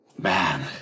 Man